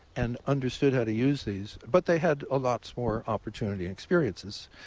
and understood how to use these, but they had a lot more opportunity and experiences.